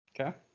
Okay